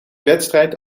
wedstrijd